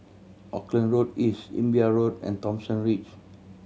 Auckland Road East Imbiah Road and Thomson Ridge